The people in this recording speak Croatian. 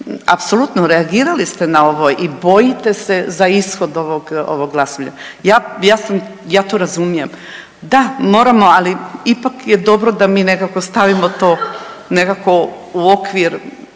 apsolutno reagirali ste na ovo i bojite se za ishod ovog glasovanja. Ja to razumijem. Da, moramo ali ipak je dobro da mi nekako stavimo to nekako u okvir,